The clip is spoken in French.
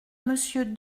monsieur